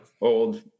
old